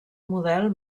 model